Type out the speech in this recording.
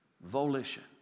Volition